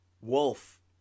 Wolf